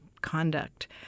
conduct